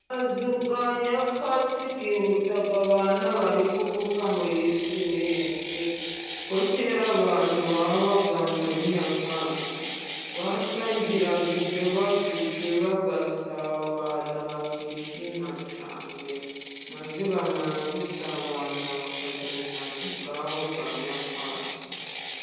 Akazu kanyakatsi kibutsa abana bari kuvuka muri iyi minsi, ko kera abantu babaga muri nyakatsi, basangiraga ibyo bafite bagasabana bakishima cyane, maze bamara gusabana bakajya mu mazu yabo ya nyakatsi.